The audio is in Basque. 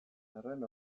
arren